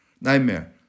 Nightmare